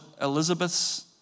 Elizabeth's